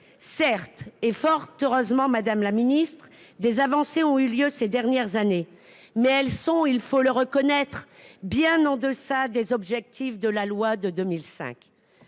Certes, et fort heureusement, des avancées ont eu lieu ces dernières années ; mais elles sont, il faut le reconnaître, bien en deçà des objectifs de la loi de 2005.